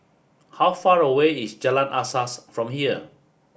how far away is Jalan Asas from here